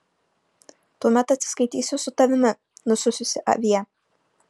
tuomet atsiskaitysiu su tavimi nusususi avie